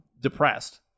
depressed